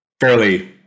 fairly